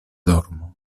dormo